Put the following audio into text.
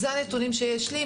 אלה הנתונים שיש לי,